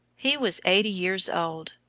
he was eighty years old,